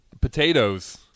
potatoes